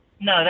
no